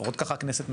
ככה לפחות הכנסת מצפה.